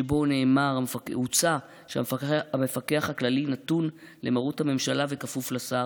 שבו הוצע שהמפקח הכללי נתון למרות הממשלה וכפוף לשר.